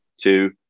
two